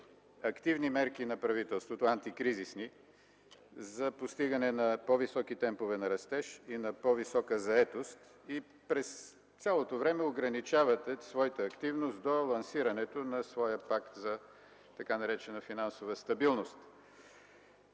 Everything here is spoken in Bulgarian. антикризисни мерки на правителството за постигане на по-високи темпове на растеж и на по-висока заетост и през цялото време ограничавате своята активност до лансирането на своя пакт за така наречена финансова стабилност?